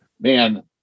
man